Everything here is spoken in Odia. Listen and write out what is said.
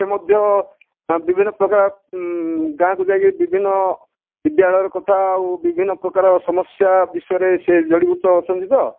ସେ ମଧ୍ୟ ବିଭିନ୍ନ ପ୍ରକାର ଗାଁକୁ ଯାଇକି ବିଭିନ୍ନ ବିଦ୍ୟାଳୟର କଥା ଆଉ ବିଭିନ୍ନ ପ୍ରକାର ସମସ୍ୟା ବିଷୟରେ ସେ ଜଡୀ଼ଭୁତ ଅଛନ୍ତି ତ ଟିକିଏ ସେ